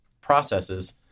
processes